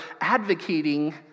advocating